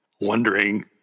wondering